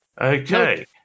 Okay